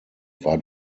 war